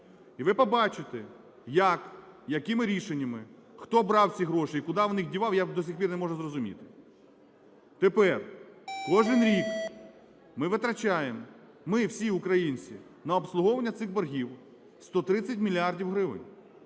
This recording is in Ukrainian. І ви побачите, як, якими рішеннями, хто брав ці гроші і куди дівав, я до сих пір не можу зрозуміти. Тепер кожен рік ми витрачаємо, ми, всі українці, на обслуговування цих боргів 130 мільярдів гривень